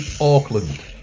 Auckland